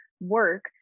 work